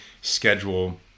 schedule